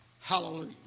Hallelujah